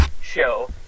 show